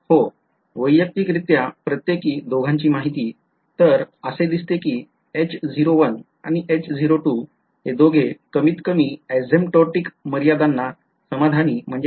हो वैयक्तिकरित्या प्रत्तेकी दोघांची माहिती तर असे दिसते कि H01 आणि H02 हे दोघे कमीत कमी asymptomatic मर्यादांना समाधानी आहे